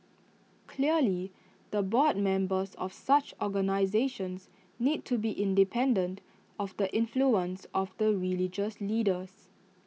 clearly the board members of such organisations need to be independent of the influence of the religious leaders